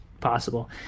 possible